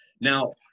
Now